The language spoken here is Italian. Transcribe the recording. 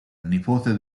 nipote